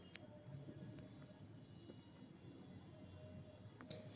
आलू बुखारा बहुत गहरा लाल रंग के फल होबा हई